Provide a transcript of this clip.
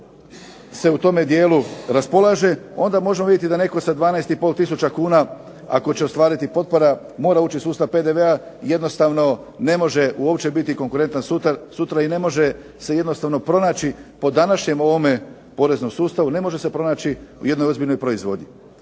se u tome dijelu se raspolaže, onda možemo vidjeti da netko sa 12,5 tisuća kuna ako će ostvariti potpora mora ući u sustav PDV-a jednostavno ne može biti konkurentan sutra i ne može se jednostavno pronaći po današnjem ovom poreznom sustavu ne može se pronaći u jednoj ozbiljnoj proizvodnji.